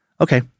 Okay